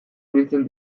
ibiltzen